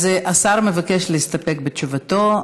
השר מבקש להסתפק בתשובתו.